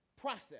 process